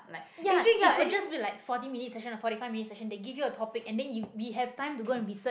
ya it could just be like forty minute session or forty five minute session they give you a topic and then yo~ we have time to go and research